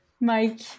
Mike